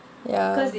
ya